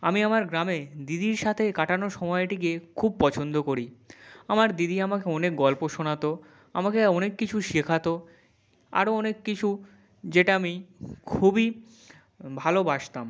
আমি আমার গ্রামে দিদির সাথে কাটানো সময়টিকে খুব পছন্দ করি আমার দিদি আমাকে অনেক গল্প শোনাতো আমাকে অনেক কিছু শেখাতো আরও অনেক কিছু যেটা আমি খুবই ভালোবাসতাম